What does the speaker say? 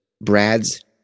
brad's